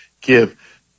give